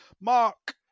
Mark